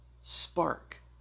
spark